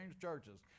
churches